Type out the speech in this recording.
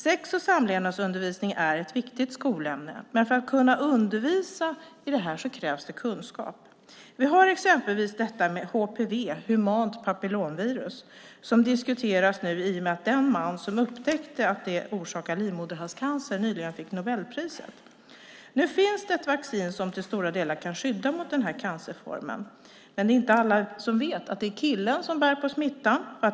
Sex och samlevnadsundervisning är ett viktigt skolämne. För att kunna undervisa i det krävs det kunskap. Vi har exempelvis detta med HPV - humant papillomvirus - som diskuteras nu i och med att den man som upptäckte att det orsakar livmoderhalscancer nyligen fick Nobelpriset. Nu finns det ett vaccin som till stora delar kan skydda mot den cancerformen. Men det är inte alla som vet att det är killen som bär på smittan.